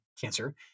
cancer